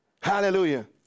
Hallelujah